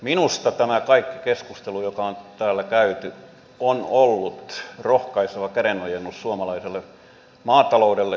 minusta tämä kaikki keskustelu joka on täällä käyty on ollut rohkaiseva kädenojennus suomalaiselle maataloudelle ja suomalaisille viljelijöille